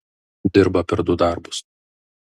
dirba per du darbus